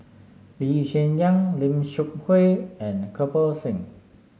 Lee Hsien Yang Lim Seok Hui and Kirpal Singh